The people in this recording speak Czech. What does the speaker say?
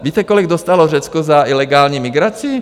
Víte, kolik dostalo Řecko za ilegální migraci?